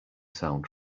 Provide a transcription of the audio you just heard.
sound